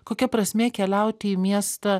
kokia prasmė keliauti į miestą